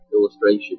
Illustration